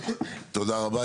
תודה רבה.